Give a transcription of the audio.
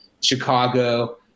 Chicago